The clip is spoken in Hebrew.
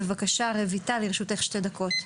בבקשה רויטל לרשותך שתי דקות.